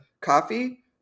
coffee